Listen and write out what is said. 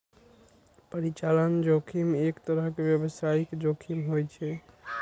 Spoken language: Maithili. परिचालन जोखिम एक तरहक व्यावसायिक जोखिम होइ छै